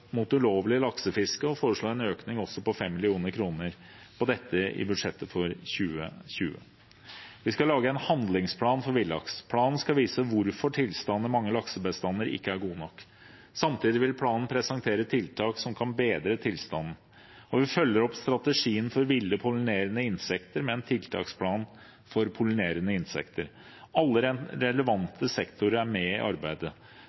mot ulovlig laksefiske og foreslår en økning på 5 mill. kr til dette i budsjettet for 2020. Vi skal lage en handlingsplan for villaks. Planen skal vise hvorfor tilstanden i mange laksebestander ikke er god nok. Samtidig vil planen presentere tiltak som kan bedre tilstanden. Vi følger opp strategien for ville pollinerende insekter med en tiltaksplan for pollinerende insekter. Alle relevante sektorer er med i arbeidet.